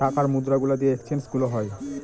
টাকার মুদ্রা গুলা দিয়ে এক্সচেঞ্জ গুলো হয়